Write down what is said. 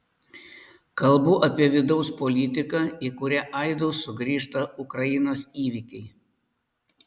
kalbu apie vidaus politiką į kurią aidu sugrįžta ukrainos įvykiai